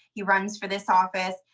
he runs for this office.